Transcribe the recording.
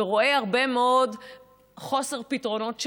ורואה הרבה מאוד חוסר פתרונות,